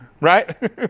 Right